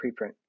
preprint